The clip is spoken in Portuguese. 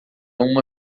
uma